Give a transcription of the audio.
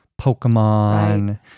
Pokemon